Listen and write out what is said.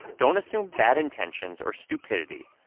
don't assume bad intentions or stupidity,